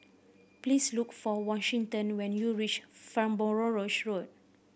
please look for Washington when you reach Farnborough Road